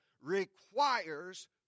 requires